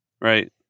Right